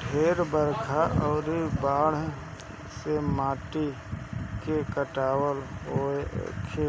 ढेर बरखा अउरी बाढ़ से माटी के कटाव होखे